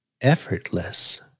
effortless